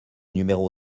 numéro